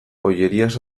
ollerias